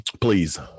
Please